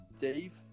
Dave